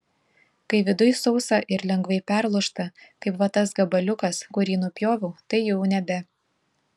kai viduj sausa ir lengvai perlūžta kaip va tas gabaliukas kurį nupjoviau tai jau nebe